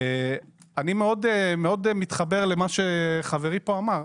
אני מאוד מתחבר למה שחברי פה אמר.